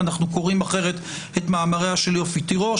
אנו קוראים אחרת את מאמריה של יופי תירוש.